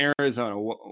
Arizona